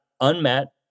unmet